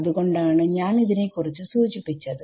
അത് കൊണ്ടാണ് ഞാൻ ഇതിനെ കുറിച്ചു സൂചിപ്പിച്ചത്